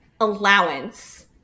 allowance